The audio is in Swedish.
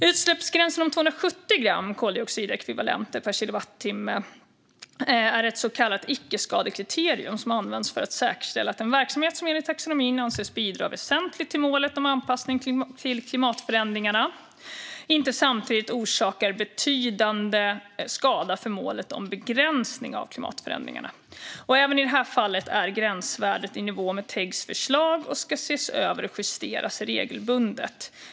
Utsläppsgränsen om 270 gram koldioxidekvivalenter per kilowattimme är ett så kallat icke-skada-kriterium, som används för att säkerställa att en verksamhet som enligt taxonomin anses bidra väsentligt till målet om anpassning till klimatförändringarna inte samtidigt orsakar betydande skada för målet om begränsning av klimatförändringarna. Även i det här fallet är gränsvärdet i nivå med TEG:s förslag och ska ses över och justeras regelbundet.